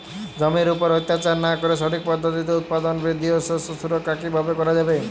জমির উপর অত্যাচার না করে সঠিক পদ্ধতিতে উৎপাদন বৃদ্ধি ও শস্য সুরক্ষা কীভাবে করা যাবে?